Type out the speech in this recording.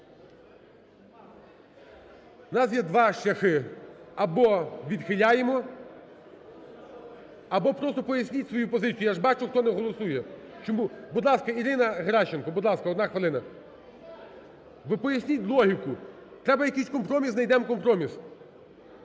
нас є два шляхи: або відхиляємо, або просто поясніть свою позицію. Я б бачу, хто не голосує. Чому? Будь ласка, Ірина Геращенко. Будь ласка, одна хвилина. Ну поясніть логіку. Треба якийсь компроміс, знайдемо компроміс.